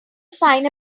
sign